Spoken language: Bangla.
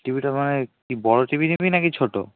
টিভিটা মানে কি বড়ো টিভি নিবি না কি ছোটো